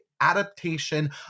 adaptation